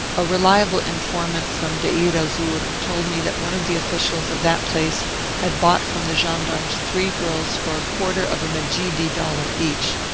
a reliable in formant from deir-el-zur told me that one of the officials of that place had bought from the gen darmes three girls for a quarter of a medjidie dollar each.